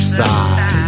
side